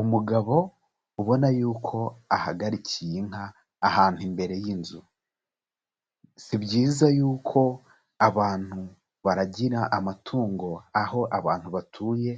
Umugabo ubona yuko ahagarikiye inka ahantu imbere y'inzu. Si byiza yuko abantu baragira amatungo aho abantu batuye,